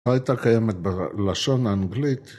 לא ‫הייתה קיימת בלשון האנגלית...